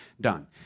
done